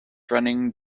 running